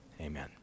amen